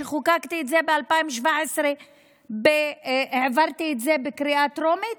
שחוקקתי את זה ב-2017 והעברתי את זה בקריאה טרומית,